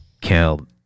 killed